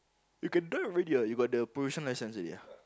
you can drive already ah you got the probation license already ah